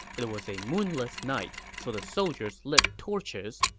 it was a moonless night, so the soldiers lit torches,